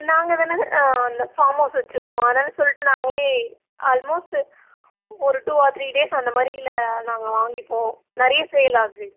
நாங்கள் தானே அது அந்த ஃபார்ம் ஹவுஸ் வச்சுருக்கோம் அதனால் சொல்லிட்டு நாங்களே ஆல்மோஸ்ட்டு ஒரு டூ ஆர் த்ரீ டேஸ் அந்த மாதிரியில நாங்கள் வாங்கிப்போம் நிறைய சேல் ஆகுது